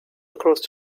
across